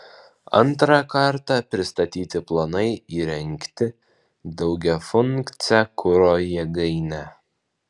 antrą kartą pristatyti planai įrengti daugiafunkcę kuro jėgainę